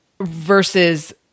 versus